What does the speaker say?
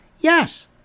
Yes